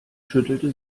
schüttelte